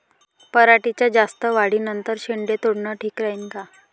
पराटीच्या जास्त वाढी नंतर शेंडे तोडनं ठीक राहीन का?